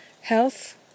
Health